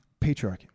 Patriarchy